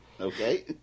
Okay